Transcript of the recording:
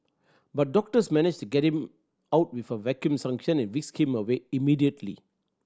but doctors managed to get him out with a vacuum suction and whisked him away immediately